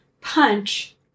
punch